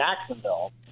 Jacksonville